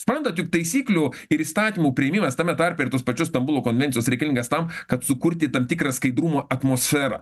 suprantat juk taisyklių ir įstatymų priėmimas tame tarpe ir tos pačios stambulo konvencijos reikalingas tam kad sukurti tam tikrą skaidrumo atmosferą